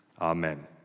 amen